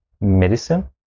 medicine